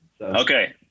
Okay